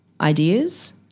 ideas